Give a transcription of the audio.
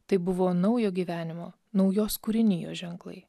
tai buvo naujo gyvenimo naujos kūrinijos ženklai